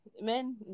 men